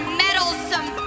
meddlesome